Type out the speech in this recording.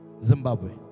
Zimbabwe